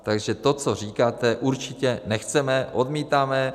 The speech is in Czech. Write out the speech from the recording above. Takže to, co říkáte, určitě nechceme, odmítáme!